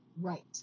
Right